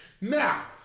Now